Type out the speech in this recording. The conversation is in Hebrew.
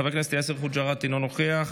חבר הכנסת יאסר חוג'יראת, אינו נוכח,